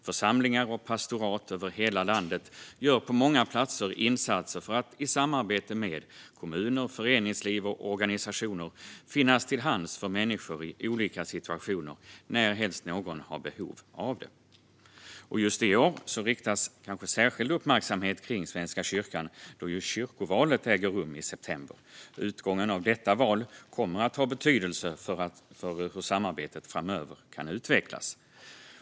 Församlingar och pastorat över hela landet gör på många platser insatser för att i samarbete med kommuner, föreningsliv och organisationer finnas till hands för människor i olika situationer närhelst någon har behov av det. Just i år riktas kanske särskild uppmärksamhet mot Svenska kyrkan, då ju kyrkovalet äger rum i september. Utgången av detta val kommer att ha betydelse för hur samarbetet framöver kan utvecklas.